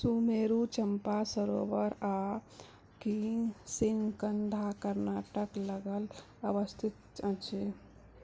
सुमेरु चम्पा सरोवर आ किष्किन्धा कर्नाटक लग अवस्थित अछि